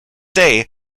day